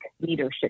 leadership